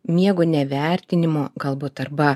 miego nevertinimo galbūt arba